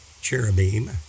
cherubim